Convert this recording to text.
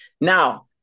Now